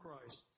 Christ